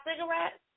cigarettes